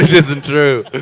isn't true.